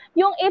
yung